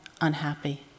unhappy